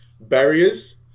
barriers